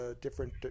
different